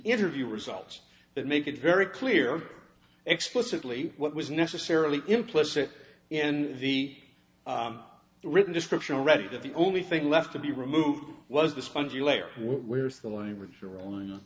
interview results that make it very clear explicitly what was necessarily implicit and the written description already that the only thing left to be removed was the spongy layer where's the language you're on